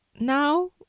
Now